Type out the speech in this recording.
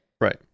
right